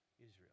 Israel